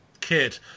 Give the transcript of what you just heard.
kid